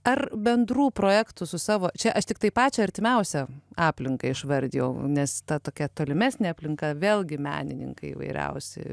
ar bendrų projektų su savo čia aš tiktai pačią artimiausią aplinką išvardijau nes ta tokia tolimesnė aplinka vėlgi menininkai įvairiausi